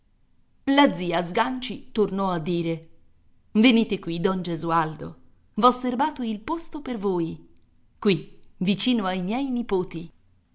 la zia sganci tornò a dire venite qui don gesualdo v'ho serbato il posto per voi qui vicino ai miei nipoti